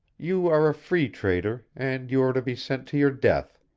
you are a free trader, and you are to be sent to your death.